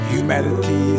Humanity